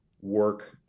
work